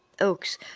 oaks